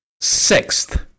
Sixth